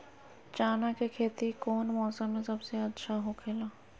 चाना के खेती कौन मौसम में सबसे अच्छा होखेला?